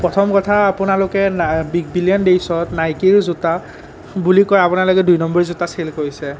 প্ৰথম কথা আপোনালোকে বিগ বিলিয়ন দেইজত নাইকীৰ জোতা বুলি কৈ আপোনালোকে দুই নম্বৰী জোতা চেল কৰিছে